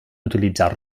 utilitzar